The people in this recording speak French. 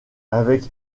avec